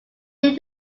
new